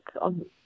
on